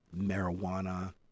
marijuana